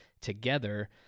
together